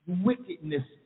Wickedness